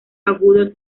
agudo